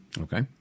Okay